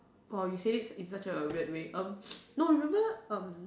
!wow! you say it in such a weird way um no remember um